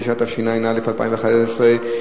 התשע"א 2011,